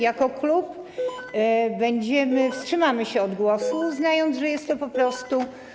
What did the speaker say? Jako klub wstrzymamy się od głosu, uznając, że jest to po prostu.